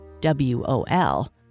W-O-L